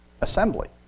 assembly